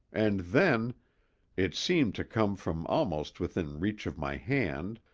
and then it seemed to come from almost within reach of my hand,